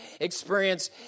experience